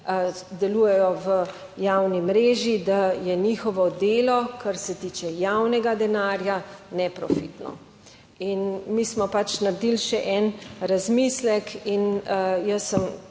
delujejo v javni mreži, da je njihovo delo, kar se tiče javnega denarja, neprofitno. In mi smo pač naredili še en razmislek in jaz sem,